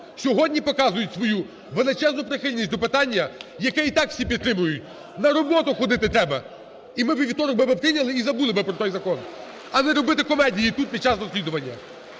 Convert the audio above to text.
сьогодні показують свою величезну прихильність до питання, яке і так всі підтримують. На роботу ходити треба! І ми б у вівторок прийняли і забули про той закон. А не робити комедії тут під час розслідування.